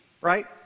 Right